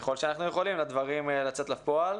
ככל שאנחנו יכולים, לדברים לצאת לפועל.